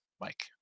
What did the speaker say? Mike